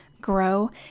grow